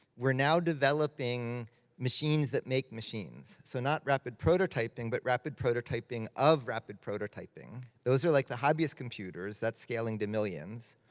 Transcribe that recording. we're now developing machines that make machines. so not rapid prototyping, but rapid prototyping of rapid prototyping. those are like the hobbyist computers, that's scaling to millions.